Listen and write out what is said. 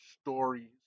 stories